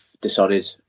decided